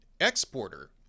exporter